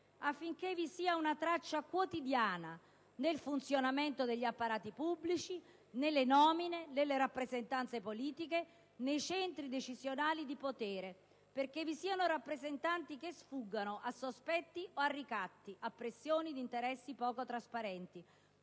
affinché ci sia una traccia quotidiana nel funzionamento degli apparati pubblici, nelle nomine, nelle rappresentanze politiche, nei centri decisionali di potere, perché vi siano rappresentanti che sfuggano a sospetti o a ricatti, a pressioni di interessi poco trasparenti.